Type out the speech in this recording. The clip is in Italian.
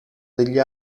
degli